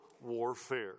Warfare